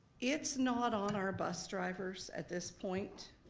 it's not on our bus drivers at this point.